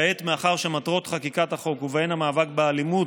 כעת, מאחר שמטרות חקיקת החוק, ובהן המאבק באלימות,